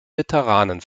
veteranen